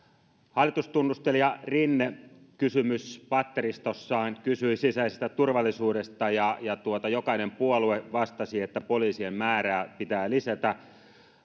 hallitustunnustelija rinne kysymyspatteristossaan kysyi sisäisestä turvallisuudesta ja jokainen puolue vastasi että poliisien määrää pitää lisätä